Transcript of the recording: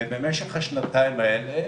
ובמשך השנתיים האלה